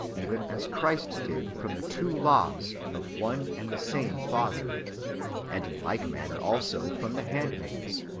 even as christ did from the two laws of one and the same father and in like manner also from the handmaids,